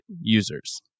users